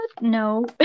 no